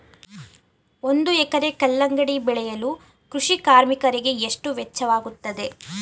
ಒಂದು ಎಕರೆ ಕಲ್ಲಂಗಡಿ ಬೆಳೆಯಲು ಕೃಷಿ ಕಾರ್ಮಿಕರಿಗೆ ಎಷ್ಟು ವೆಚ್ಚವಾಗುತ್ತದೆ?